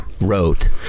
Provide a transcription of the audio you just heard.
wrote